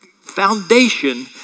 foundation